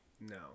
no